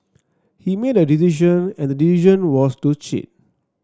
he made a decision and the decision was to cheat